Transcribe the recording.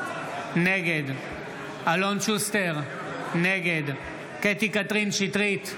נגד אלון שוסטר, נגד קטי קטרין שטרית,